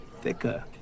thicker